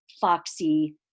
foxy